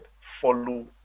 follow